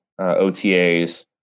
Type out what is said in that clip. OTAs